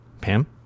Pam